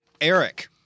Eric